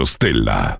Stella